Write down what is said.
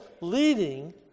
leading